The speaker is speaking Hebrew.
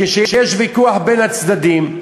כשיש ויכוח בין הצדדים,